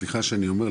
סליחה שאני אומר,